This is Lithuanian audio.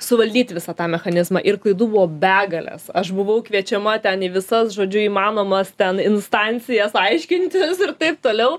suvaldyt visą tą mechanizmą ir klaidų buvo begalės aš buvau kviečiama ten į visas žodžiu įmanomas ten instancijas aiškintis ir taip toliau